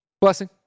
blessing